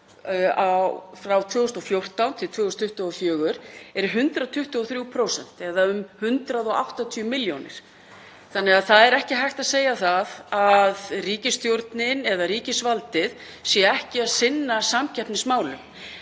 frá 2014–2024 er um 123% eða um 180 milljónir þannig að það er ekki hægt að segja að ríkisstjórnin eða ríkisvaldið sé ekki að sinna samkeppnismálum.